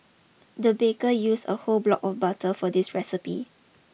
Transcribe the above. the baker use a whole block of butter for this recipe